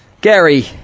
Gary